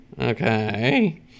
Okay